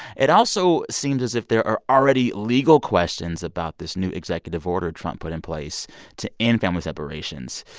it also seems as if there are already legal questions about this new executive order trump put in place to end family separations.